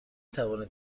توانید